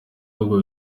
ahubwo